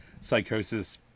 Psychosis